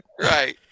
right